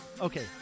okay